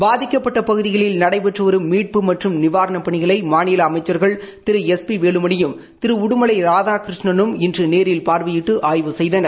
பாதிக்கப்பட்ட பகுதிகளில் நடைபெற்று வரும் மீட்பு மற்றும் நிவாரணப் பணிகளை மாநில அமைச்சாகள் திரு எஸ் பி வேலுமணியும் திரு உடுமலை ராதாகிருஷ்ணலும் இன்று நேரில் பார்வையிட்டு ஆய்வு செய்தனர்